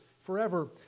forever